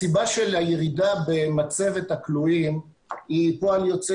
הסיבה של הירידה במצבת הכלואים היא פועל יוצא